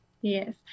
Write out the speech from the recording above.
Yes